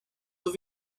doch